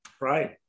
right